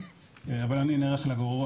אבל אני נערך לגרוע,